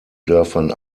dörfern